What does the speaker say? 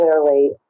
clearly